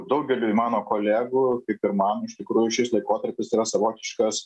daugeliui mano kolegų kaip ir man iš tikrųjų šis laikotarpis yra savotiškas